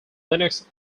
linux